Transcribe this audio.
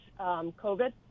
COVID